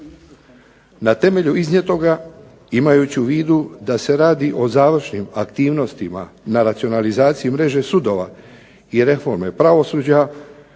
Na temelju iznijetoga imajući u vidu da se radi o završnim aktivnostima na racionalizaciji mreže sudova, i reforme pravosuđa,